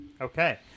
Okay